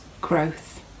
growth